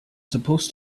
supposed